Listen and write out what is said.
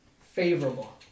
favorable